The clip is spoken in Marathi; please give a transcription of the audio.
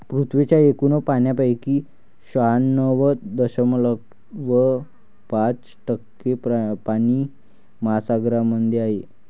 पृथ्वीच्या एकूण पाण्यापैकी शहाण्णव दशमलव पाच टक्के पाणी महासागरांमध्ये आहे